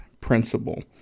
principle